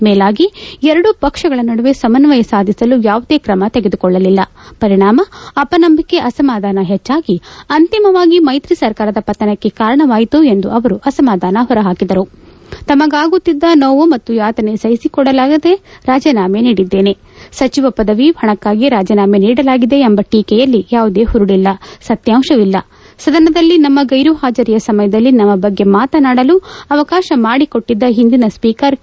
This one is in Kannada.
ಮೇಲಾಗಿ ಎರಡೂ ಪಕ್ಷಗಳ ನಡುವೆ ಸಮನ್ವಯ ಸಾಧಿಸಲು ಯಾವುದೇ ಕ್ರಮ ತೆಗೆದುಕೊಳ್ಳಲಿಲ್ಲ ಪರಿಣಾಮ ಅಪನಂಬಿಕೆ ಅಸಮಾಧಾನ ಹೆಚ್ಚಾಗಿ ಅಂತಿಮವಾಗಿ ಮೈತ್ರಿ ಸರ್ಕಾರದ ಪತನಕ್ಕೆ ಕಾರಣವಾಯಿತು ಎಂದು ಅವರು ಅಸಮಾಧಾನ ಹೊರಹಾಕಿದರು ತಮಗಾಗುತ್ತಿದ್ದ ನೋವು ಮತ್ತು ಯಾತನೆ ಸಹಿಸಿಕೊಳ್ಳಲಾಗದೆ ರಾಜೀನಾಮೆ ನೀಡಿದ್ದೇವೆ ಸಚಿವ ಪದವಿ ಹಣಕ್ಕಾಗಿ ರಾಜೀನಾಮೆ ನೀಡಲಾಗಿದೆ ಎಂಬ ಟೀಕೆಯಲ್ಲಿ ಯಾವುದೇ ಹುರುಳಿಲ್ಲ ಸತ್ಯಾಂಶವಿಲ್ಲ ಸದನದಲ್ಲಿ ನಮ್ಮ ಗೈರು ಹಾಜರಿಯ ಸಮಯದಲ್ಲಿ ನಮ್ಮ ಬಗ್ಗೆ ಮಾತನಾಡಲು ಅವಕಾಶ ಮಾಡಿಕೊಟ್ಟಿದ್ದ ಹಿಂದಿನ ಸ್ವೀಕರ್ ಕೆ